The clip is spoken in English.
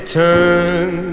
turn